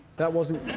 that wasn't.